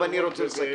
וגם אני רוצה לסכם.